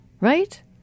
right